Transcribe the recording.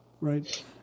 right